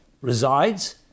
resides